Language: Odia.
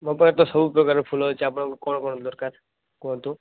ମୋ ପାଖରେ ତ ସବୁ ପ୍ରକାର ଫୁଲ ଅଛି ଆପଣଙ୍କୁ କଣ କଣ ଦରକାର କୁହନ୍ତୁ